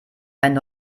einen